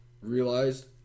realized